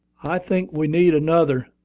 i think we need another.